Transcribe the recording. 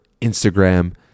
Instagram